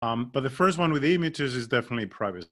But the first one with the images is definitely private.